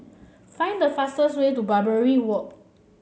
find the fastest way to Barbary Walk